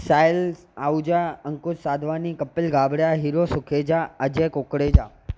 Sahil Ahuja Ankush Sadhwani Kapil Gabra Hiro Sukheja Ajay Kukreja